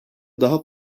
daha